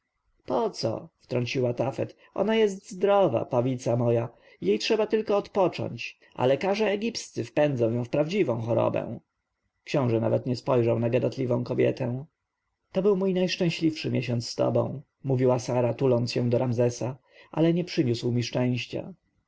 poco wtrąciła tafet ona jest zdrowa pawica moja jej trzeba tylko odpocząć a lekarze egipscy wpędzą ją w prawdziwą chorobę książę nawet nie spojrzał na gadatliwą kobietę to był mój najszczęśliwszy miesiąc z tobą mówiła sara tuląc się do ramzesa ale nie przyniósł mi szczęścia